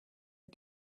was